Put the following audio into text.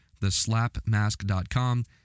theslapmask.com